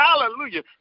Hallelujah